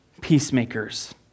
peacemakers